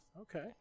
Okay